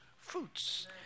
fruits